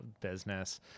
business